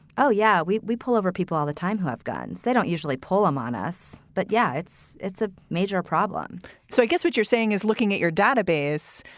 oh, yeah, we we pull over people all the time who have guns. they don't usually pull them on us. but, yeah, it's it's a major problem so i guess what you're saying is looking at your database,